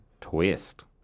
twist